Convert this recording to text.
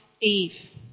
Eve